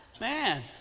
Man